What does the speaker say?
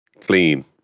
Clean